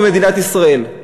במדינת ישראל.